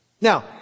Now